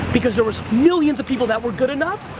because there was millions of people that were good enough,